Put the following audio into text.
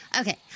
Okay